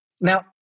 Now